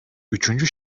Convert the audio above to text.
üçüncü